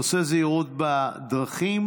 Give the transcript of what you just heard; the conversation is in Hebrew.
נושא זהירות בדרכים,